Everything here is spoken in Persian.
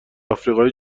آفریقای